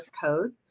code